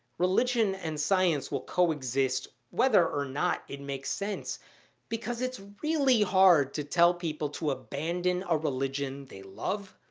religion and science will coexist whether or not it makes sense because it's really hard to tell people to abandon a religion they love,